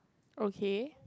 okay